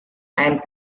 and